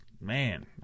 man